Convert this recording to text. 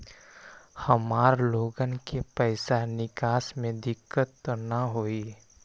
हमार लोगन के पैसा निकास में दिक्कत त न होई?